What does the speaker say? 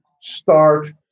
start